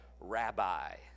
rabbi